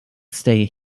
stay